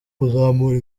kuzamura